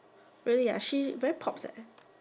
really ah she is very pops eh